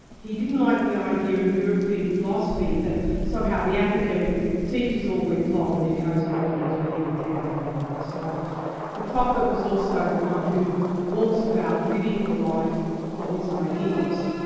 he didn't like the idea in european philosophy that somehow the academic teaches all week long and then goes home and does any damn thing he likes. so the prophet was also the one who walks about, living the life of his ideas.